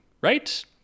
right